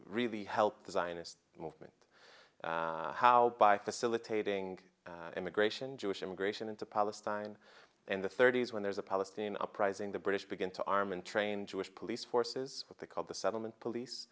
really help design as a movement how by facilitating immigration jewish immigration into palestine in the thirty's when there's a palestinian uprising the british begin to arm and train jewish police forces what they called the settlement police